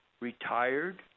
retired